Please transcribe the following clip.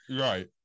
right